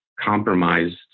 compromised